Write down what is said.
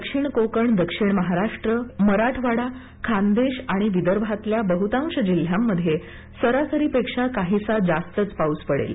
दक्षिण कोकण दक्षिण महाराष्ट्र मराठवाडा खान्देश आणि विदर्भातल्या बहुतांश जिल्ह्यांमध्ये सरासरीपेक्षा काहीसा जास्तच पाऊस पडेल